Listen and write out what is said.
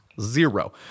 Zero